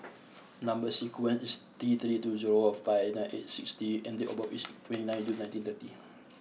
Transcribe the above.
number sequence is T three two zero five nine eight six T and date of birth is twenty ninth June nineteen thirty